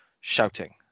shouting